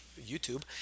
YouTube